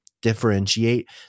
differentiate